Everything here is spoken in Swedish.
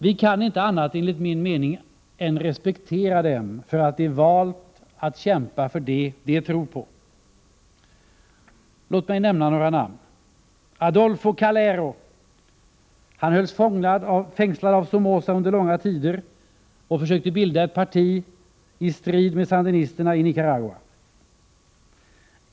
Vi kan enligt min mening inte annat än respektera dem för att de valt att kämpa för det som de tror på. Låt mig nämna några namn. Adolfo Calero. Han hölls fängslad av Somoza under långa tider och försökte bilda ett parti i strid med sandinisterna i Nicaragua.